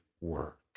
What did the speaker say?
work